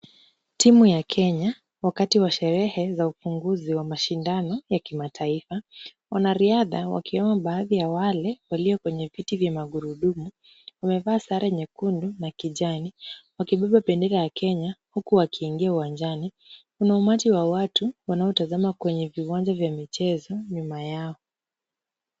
Timu ya Kenya wakati wa sherehe za upunguzi wa mashindano ya kimataifa wanariadha wakiwemo baadhi ya wale walio kwenye viti vya magurudumu wamevaa sara nyekundu na kijani, wakibeba bendera ya Kenya huku wakiingia uwanjani, kuna umati wa watu wanaotazama kwenye viwanja vya michezo nyuma yao.